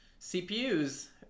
CPUs